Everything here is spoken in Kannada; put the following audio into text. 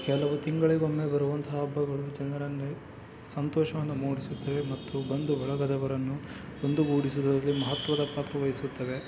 ಕೆಲವು ತಿಂಗಳಿಗೊಮ್ಮೆ ಬರುವಂಥ ಹಬ್ಬಗಳು ಜನರಲ್ಲಿ ಸಂತೋಷವನ್ನು ಮೂಡಿಸುತ್ತವೆ ಮತ್ತು ಬಂಧು ಬಳಗದವರನ್ನು ಒಂದುಗೂಡಿಸೋದರಲ್ಲಿ ಮಹತ್ವದ ಪಾತ್ರ ವಹಿಸುತ್ತವೆ